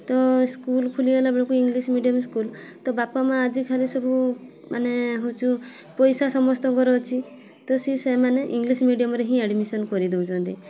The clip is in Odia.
ତ ସ୍କୁଲ୍ ଖୋଲିଗଲା ବେଳକୁ ଇଂଲିସ୍ ମିଡ଼ିୟମ୍ ସ୍କୁଲ୍ ତ ବାପା ମା' ଆଜିକାଲି ସବୁ ମାନେ ହେଉଛୁ ପଇସା ସମସ୍ତଙ୍କର ଅଛି ତ ସିଏ ସେମାନେ ଇଂଲିସ୍ ମିଡ଼ିୟମ୍ରେ ହିଁ ଆଡ଼୍ମିସନ୍ କରିଦେଉଛନ୍ତି